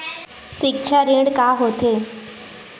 सिक्छा ऋण का होथे?